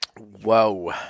Whoa